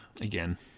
Again